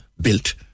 built